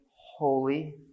holy